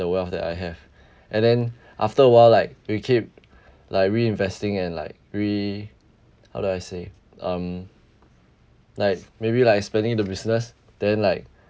the wealth that I have and then after a while like we keep like reinvesting and like re~ how do I say um like maybe like expanding the business then like